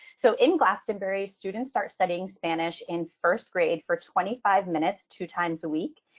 so in glastonbury, students start studying spanish in first grade for twenty-five minutes, two times a week.